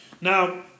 Now